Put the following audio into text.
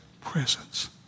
presence